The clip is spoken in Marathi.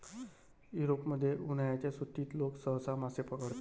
युरोपमध्ये, उन्हाळ्याच्या सुट्टीत लोक सहसा मासे पकडतात